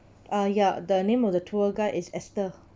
ah ya the name of the tour guide is esther